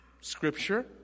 scripture